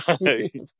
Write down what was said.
Right